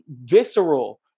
visceral